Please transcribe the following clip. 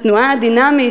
התנועה הדינמית,